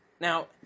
now